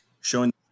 showing